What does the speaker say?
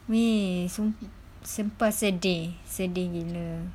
wei sumpah sedih sedih gila